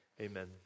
Amen